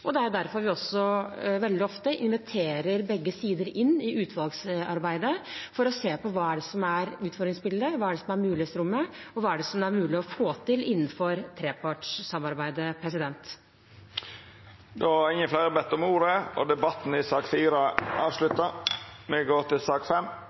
Det er derfor vi også veldig ofte inviterer begge sider inn i utvalgsarbeidet for å se på hva som er utfordringsbildet, hva som er mulighetsrommet, og hva som er mulig å få til innenfor trepartssamarbeidet. Fleire har ikkje bedt om ordet til sak nr. 4. Etter ynske frå arbeids- og